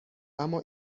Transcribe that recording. اما